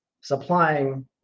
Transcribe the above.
supplying